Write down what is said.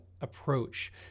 approach